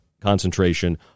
concentration